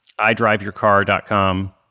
idriveyourcar.com